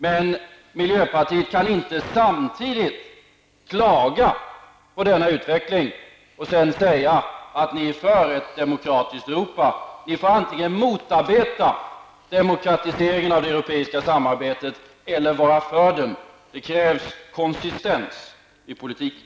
Men miljöpartiet kan inte klaga på denna utveckling och samtidigt säga att ni är för ett demokratiskt Europa. Ni får antingen motarbeta demokratiseringen av det europeiska samarbetet eller vara för det. Det krävs konsistens i politiken.